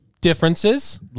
differences